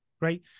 right